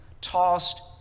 tossed